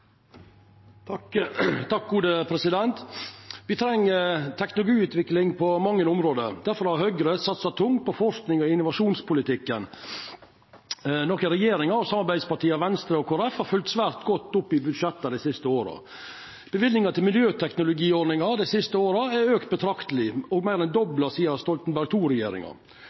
Vi treng teknologiutvikling på mange område. Difor har Høgre satsa tungt på forskings- og innovasjonspolitikken, noko regjeringa og samarbeidspartia Venstre og Kristeleg Folkeparti har følgt svært godt opp i budsjetta dei siste åra. Løyvingane til miljøteknologiordninga dei siste åra har auka betrakteleg, og er meir enn dobla sidan